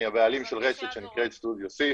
אני הבעלים של רשת שנקראת סטודיו C,